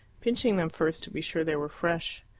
pinching them first to be sure they were fresh.